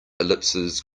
ellipses